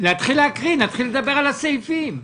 נתחיל לקרוא ולדבר על הסעיפים.